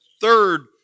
third